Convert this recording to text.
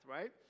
right